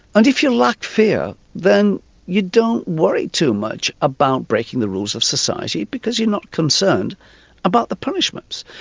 and if you lack fear then you don't worry too much about breaking the rules of society because you're not concerned about the punishments.